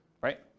right